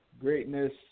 greatness